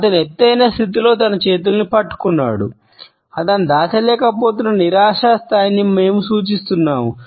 అతను ఎత్తైన స్థితిలో తన చేతులను పట్టుకున్నాడు అతను దాచలేకపోతున్న నిరాశ స్థాయిని మేము సూచిస్తున్నాము